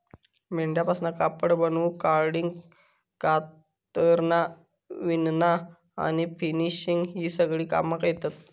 मेंढ्यांपासून कापड बनवूक कार्डिंग, कातरना, विणना आणि फिनिशिंग ही सगळी कामा येतत